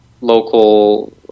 local